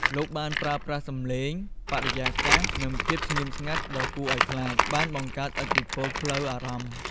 លោកបានប្រើប្រាស់សំឡេង បរិយាកាស និងភាពស្ងៀមស្ងាត់ដ៏គួរឱ្យខ្លាច បានបង្កើនឥទ្ធិពលផ្លូវអារម្មណ៍។